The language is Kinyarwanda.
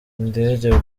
indege